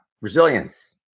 resilience